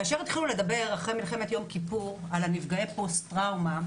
כאשר התחילו לאחר מלחמת יום כיפור לדבר על נפגעי פוסט טראומה,